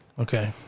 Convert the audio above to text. Okay